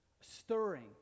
stirring